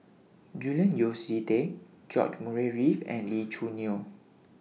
Julian Yeo See Teck George Murray Reith and Lee Choo Neo